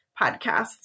podcasts